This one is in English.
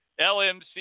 LMC